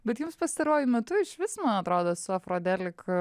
bet jums pastaruoju metu išvis man atrodo su afrodelika